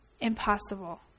impossible